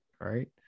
Right